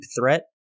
threat